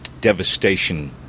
devastation